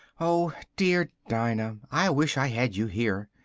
oh, dear dinah, i wish i had you here!